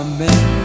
Amen